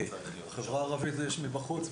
בחברה הערבית זה איש מבחוץ.